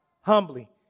Humbly